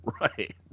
Right